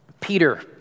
Peter